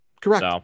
Correct